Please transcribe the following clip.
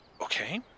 Okay